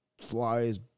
flies